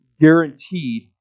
guaranteed